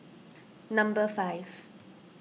number five